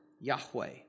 Yahweh